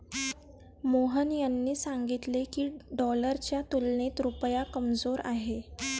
मोहन यांनी सांगितले की, डॉलरच्या तुलनेत रुपया कमजोर आहे